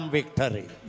victory